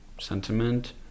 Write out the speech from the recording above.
sentiment